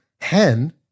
Hen